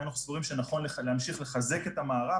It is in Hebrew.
אנחנו חושבים שנכון להמשיך לחזק את המערך,